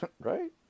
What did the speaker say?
Right